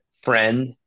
friend